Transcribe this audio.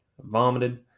vomited